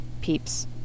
peeps